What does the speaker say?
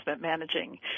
managing